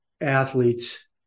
athletes